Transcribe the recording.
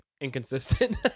inconsistent